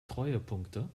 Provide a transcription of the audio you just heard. treuepunkte